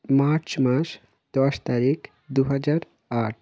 March মাস দশ তারিখ দু হাজার আট